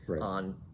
on